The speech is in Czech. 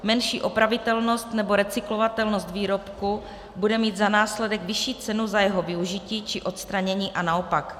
Menší opravitelnost nebo recyklovatelnost výrobku bude mít za následek vyšší cenu za jeho využití či odstranění, a naopak.